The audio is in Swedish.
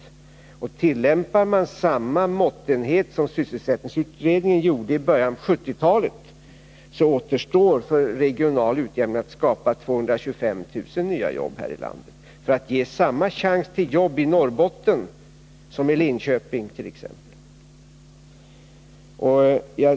Tillämpar man samma måttenhet som sysselsättningsutredningen tillämpade i början av 1970-talet, återstår när det gäller strävandena för regional utjämning — dvs. att ge samma chans till jobb i Norrbotten som i Linköpingt.ex. — att skapa 225 000 nya jobb här i landet.